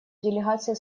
делегации